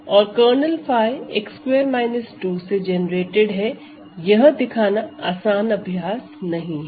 और kernel 𝜑 x2 2 से generated है यह दिखाना आसान अभ्यास नहीं है